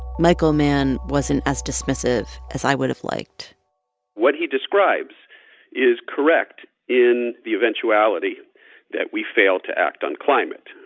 michael mann wasn't as dismissive as i would have liked what he describes is correct in the eventuality that we fail to act on climate.